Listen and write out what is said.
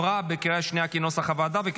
כנוסח הוועדה, עברה בקריאה השנייה.